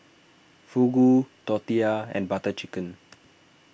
Fugu Tortillas and Butter Chicken